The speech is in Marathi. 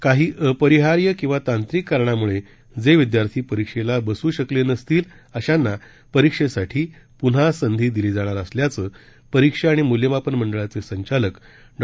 काही अपरिहार्य किंवा तांत्रिक कारणास्तव जे विद्यार्थी परीक्षेला बसू शकले नसतील अशांना परीक्षेसाठी प्न्हा संधी दिली जाणार असल्याच परीक्षा आणि मूल्यमापन मंडळाचे संचालक डॉ